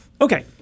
Okay